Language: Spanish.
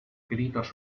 gritos